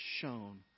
shown